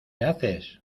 haces